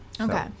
Okay